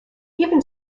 even